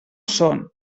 són